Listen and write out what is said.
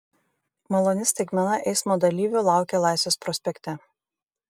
maloni staigmena eismo dalyvių laukia laisvės prospekte